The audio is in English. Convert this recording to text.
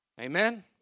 Amen